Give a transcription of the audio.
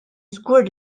żgur